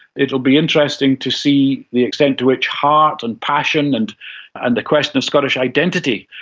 it will be interesting to see the extent to which heart and passion and and the question of scottish identity,